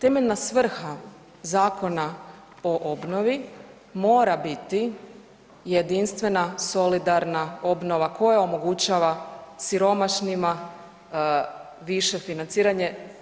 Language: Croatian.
Temeljna svrha Zakona o obnovi mora biti jedinstvena solidarna obnova koja omogućava siromašnima više financiranje.